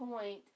point